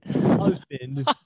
husband